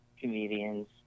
comedians